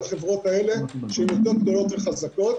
את ההלוואות לחברות האלה שהן חברות גדולות וחזקות.